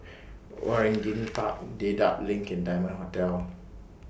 Waringin Park Dedap LINK Diamond Hotel